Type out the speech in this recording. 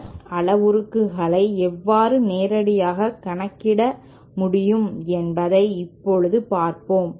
S அளவுருக்களை எவ்வாறு நேரடியாக கணக்கிட முடியும் என்பதை இப்போது பார்ப்போம்